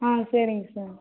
ஆ சரிங்க சார்